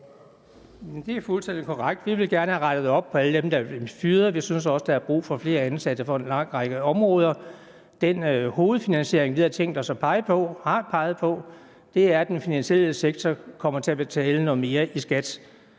Det er fuldstændig korrekt, at vi gerne vil have rettet op på situationen for alle dem, der blevet fyret, og vi synes også, at der er brug for flere ansatte på mange områder. Den hovedfinansiering, vi havde tænkt os at pege på og har peget på, er, at den finansielle sektor kommer til at betale noget mere i skat.